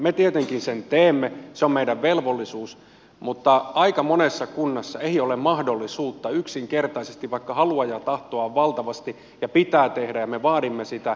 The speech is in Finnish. me tietenkin sen teemme se on meidän velvollisuus mutta aika monessa kunnassa ei ole mahdollisuutta yksinkertaisesti vaikka halua ja tahtoa on valtavasti ja pitää tehdä ja me vaadimme sitä